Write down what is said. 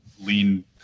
lean